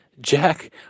Jack